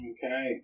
Okay